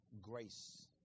grace